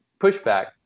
pushback